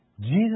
Jesus